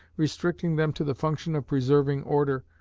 restricting them to the function of preserving order,